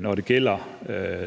når det gælder